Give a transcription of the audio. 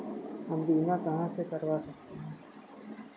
हम बीमा कहां से करवा सकते हैं?